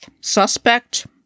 Suspect